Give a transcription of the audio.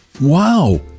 Wow